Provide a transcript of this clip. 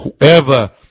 Whoever